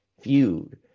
feud